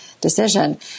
decision